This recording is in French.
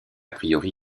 priori